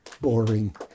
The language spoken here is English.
boring